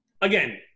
again